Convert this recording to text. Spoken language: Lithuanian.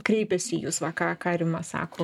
kreipėsi į jus va ką ką rima sako